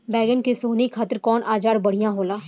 बैगन के सोहनी खातिर कौन औजार बढ़िया होला?